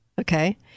Okay